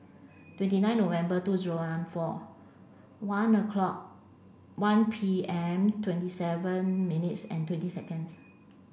twenty nine November two zero one four one o'clock one P M twenty seven minutes and twenty seconds